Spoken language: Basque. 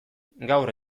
gaur